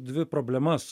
dvi problemas